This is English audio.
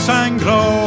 Sangro